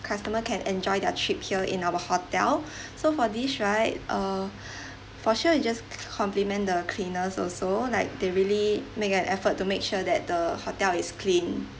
customer can enjoy their trip here in our hotel so for this right uh for sure we just compliment the cleaners also like they really make an effort to make sure that the hotel is clean